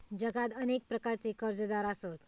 जगात अनेक प्रकारचे कर्जदार आसत